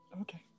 okay